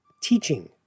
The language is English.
teaching